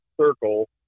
circle